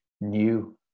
new